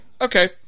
okay